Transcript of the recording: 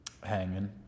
hanging